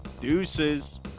Deuces